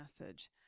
message